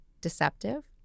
deceptive